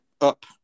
up